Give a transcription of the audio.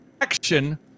action